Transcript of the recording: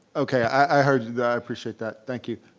okay, i heard, i appreciate that. thank you,